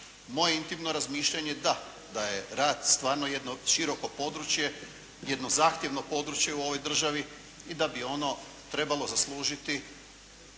Moje intimno razmišljanje da, da je rad stvarno jedno široko područje, jedno zahtjevno područje u ovoj državi i da bi ono trebalo zaslužiti